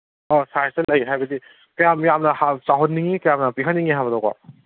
ꯑꯣ ꯁꯥꯏꯖꯇ ꯂꯩ ꯍꯥꯏꯕꯗꯤ ꯀ꯭ꯌꯥꯝ ꯌꯥꯝꯅ ꯆꯥꯎꯍꯟꯅꯤꯡꯉꯤ ꯀ꯭ꯌꯥꯝ ꯌꯥꯝꯅ ꯄꯤꯛꯍꯟꯅꯤꯡꯉꯤ ꯍꯥꯏꯕꯗꯨꯀꯣ